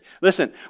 Listen